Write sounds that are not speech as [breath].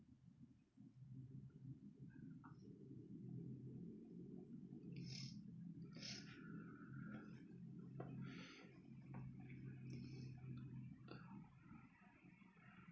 [breath]